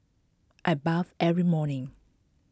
I bath every morning